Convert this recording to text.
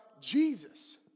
Jesus